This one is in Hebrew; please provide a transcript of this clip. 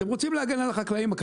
אתם רוצים להגן על החקלאים.